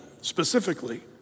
specifically